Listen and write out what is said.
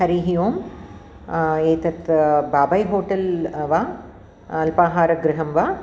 हरिः ओं एतत् बाबै होटल् वा अल्पाहार गृहं वा